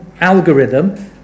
algorithm